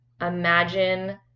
imagine